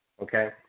Okay